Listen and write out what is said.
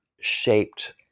shaped